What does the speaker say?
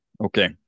Okay